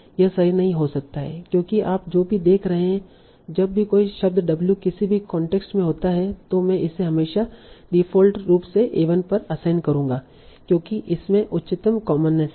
यह सही नहीं हो सकता है क्योंकि आप जो भी देख रहे हैं जब भी कोई शब्द w किसी भी कांटेक्स्ट में होता है तो मैं इसे हमेशा डिफ़ॉल्ट रूप से a1 पर असाइन करूंगा क्योंकि इसमें उच्चतम कॉमननेस है